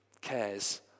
cares